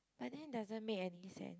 but then doesn't make any sense